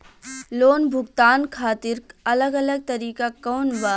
Loan भुगतान खातिर अलग अलग तरीका कौन बा?